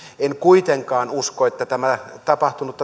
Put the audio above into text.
en kuitenkaan usko että tämä tapahtunut